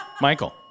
Michael